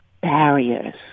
barriers